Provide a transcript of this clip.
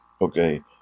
Okay